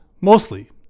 mostly